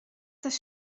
des